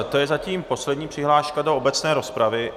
To je zatím poslední přihláška do obecné rozpravy.